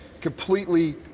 completely